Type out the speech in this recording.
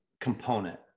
component